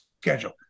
schedule